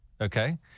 Okay